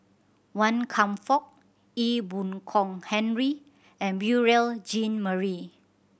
Wan Kam Fook Ee Boon Kong Henry and Beurel Jean Marie